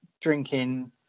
drinking